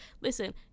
listen